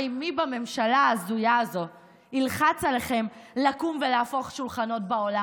הרי מי בממשלה ההזויה הזאת ילחץ עליכם לקום ולהפוך שולחנות בעולם?